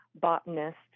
botanists